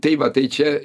tai va tai čia